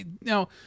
Now